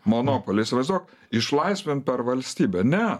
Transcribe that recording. monopolį įsivaizduok išlaisvint per valstybę ne